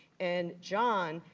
and john,